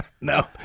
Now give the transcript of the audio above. No